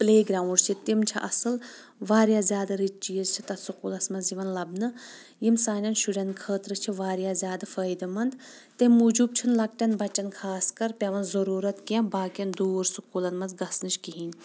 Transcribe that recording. play ground چھ تِم چھ اَصل واریاہ زیٛادٕ رٕتۍ چیٖز چھ تَتھ سکوٗلس منٛز یِوان لبنہٕ یِم سانٮ۪ن شُرٮ۪ن خأطرٕ چھ واریاہ زیٛادٕ فأیِدٕ منٛد تمہِ موجوٗب چھنہٕ لۄکٹٮ۪ن بچن خاص کر پٮ۪وان ضروٗرت کیٚنٛہہ باقین دوٗر سکوٗلن منٛز گژھنٕچ کہیٖنۍ